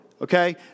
okay